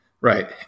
right